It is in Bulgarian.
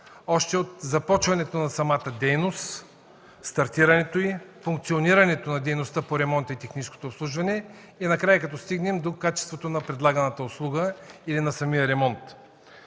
още от започването на самата дейност, стартирането й, функционирането на дейността по ремонта и техническото обслужване и накрая като стигнем до качеството на предлаганата услуга или на самия ремонт,